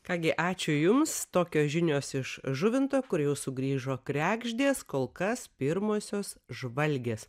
ką gi ačiū jums tokios žinios iš žuvinto kur jau sugrįžo kregždės kol kas pirmosios žvalgės